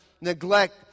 neglect